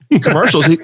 Commercials